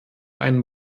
einen